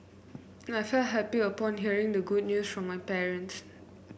I felt happy upon hearing the good news from my parents